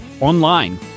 online